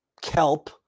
kelp